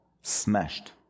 smashed